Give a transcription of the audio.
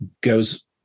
goes